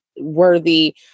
worthy